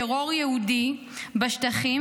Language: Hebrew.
טרור יהודי בשטחים,